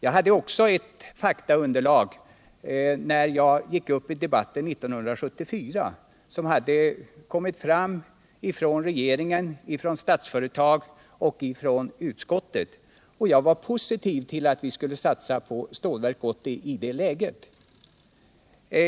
Jag hade också ett faktaunderlag när jag gick upp i debatten 1974 som hade kommit fram från regeringen, från Statsföretag och från utskottet, och-jag var positiv till att vi skulle satsa på Stålverk 80 i det läget.